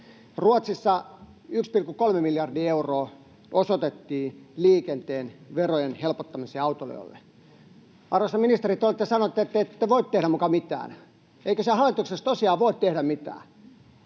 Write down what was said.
Ruotsissa 1,3 miljardia euroa osoitettiin liikenteen verojen helpottamiseen autoilijoille. Arvoisa ministeri, te olette sanonut, että te ette voi tehdä muka mitään. Eikö siellä hallituksessa tosiaan voi tehdä mitään?